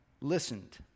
listened